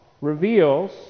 reveals